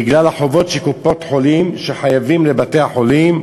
בגלל החובות שקופות-החולים חייבות לבתי-החולים,